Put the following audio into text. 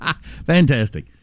Fantastic